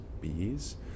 bees